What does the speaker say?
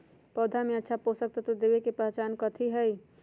पौधा में अच्छा पोषक तत्व देवे के पहचान कथी हई?